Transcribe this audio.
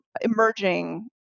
emerging